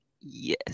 Yes